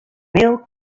mail